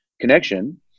connection